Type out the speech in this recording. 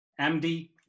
MD